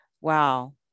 Wow